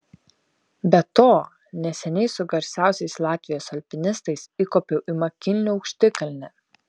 be to neseniai su garsiausiais latvijos alpinistais įkopiau į makinlio aukštikalnę